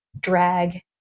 drag